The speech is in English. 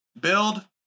build